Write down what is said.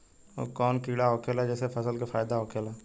उ कौन कीड़ा होखेला जेसे फसल के फ़ायदा होखे ला?